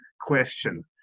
question